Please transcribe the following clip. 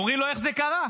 ואומרים לו: איך זה קרה?